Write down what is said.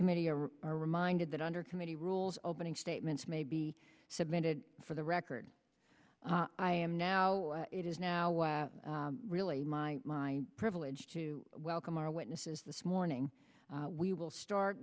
subcommittee are reminded that under committee rules opening statements may be submitted for the record i am now it is now was really my my privilege to welcome our witnesses this morning we will start